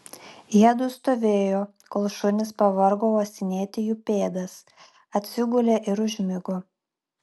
jiedu stovėjo kol šunys pavargo uostinėti jų pėdas atsigulė ir užmigo